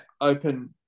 open